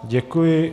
Děkuji.